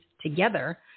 together